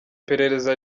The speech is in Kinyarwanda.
perereza